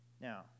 Now